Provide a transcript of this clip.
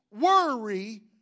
worry